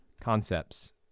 concepts